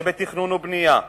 זה בתכנון ובנייה,